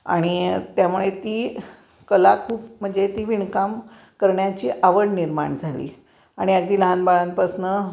आणि त्यामुळे ती कला खूप म्हणजे ती विणकाम करण्याची आवड निर्माण झाली आणि अगदी लहान बाळांपासून